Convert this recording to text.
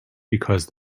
because